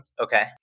Okay